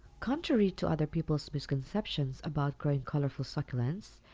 contrary to other people's misconceptions about growing colorful succulents,